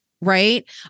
Right